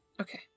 Okay